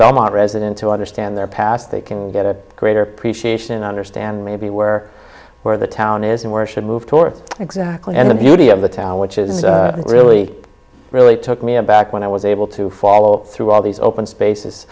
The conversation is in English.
belmont resident to understand their past they can get a greater appreciation understand maybe where where the town is and where should move toward exactly and the beauty of the town which is really really took me aback when i was able to follow through all these open spaces